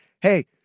hey